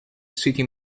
city